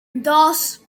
dos